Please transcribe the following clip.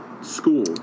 school